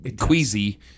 queasy